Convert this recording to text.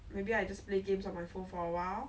interesting have you ever had